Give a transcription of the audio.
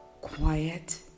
quiet